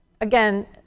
again